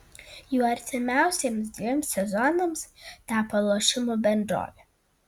juo artimiausiems dviems sezonams tapo lošimų bendrovė